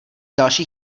další